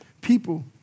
people